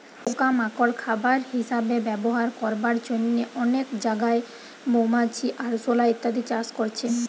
পোকা মাকড় খাবার হিসাবে ব্যবহার করবার জন্যে অনেক জাগায় মৌমাছি, আরশোলা ইত্যাদি চাষ করছে